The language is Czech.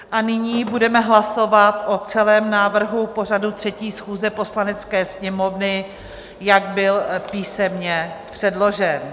A nyní budeme hlasovat o celém návrhu pořadu 3. schůze Poslanecké sněmovny, jak byl písemně předložen.